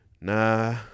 Nah